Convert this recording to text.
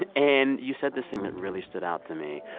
and and you said this thing that really stood out to me.